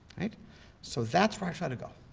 so that's where i try to go,